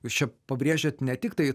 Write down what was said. jūs čia pabrėžėt ne tiktai